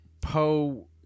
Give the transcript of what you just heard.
Poe